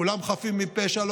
כולם חפים מפשע.